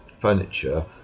furniture